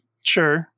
sure